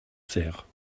cère